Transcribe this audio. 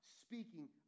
speaking